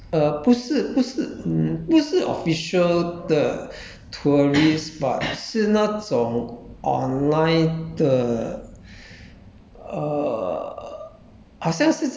tour local local 的那些什么 uh 不是不是 hmm 不是 official 的 tourist bah 是那种 online 的